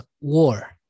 war